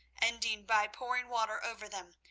ending by pouring water over them,